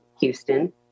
Houston